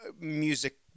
music